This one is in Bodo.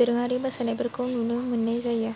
दोरोङारि मोसानायफोरखौ नुनो मोन्नाय जायो